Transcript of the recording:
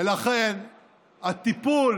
ולכן הטיפול